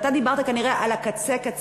אתה דיברת כנראה על הקצה-קצה,